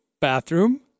bathroom